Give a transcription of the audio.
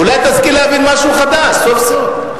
אולי תשכיל להבין משהו חדש סוף-סוף.